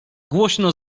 głośno